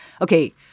Okay